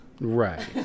Right